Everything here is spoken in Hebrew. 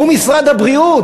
הוא משרד הבריאות,